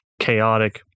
chaotic